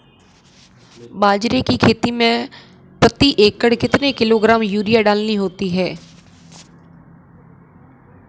बाजरे की खेती में प्रति एकड़ कितने किलोग्राम यूरिया डालनी होती है?